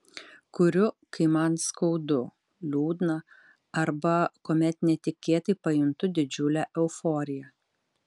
kuriu kai man skaudu liūdna arba kuomet netikėtai pajuntu didžiulę euforiją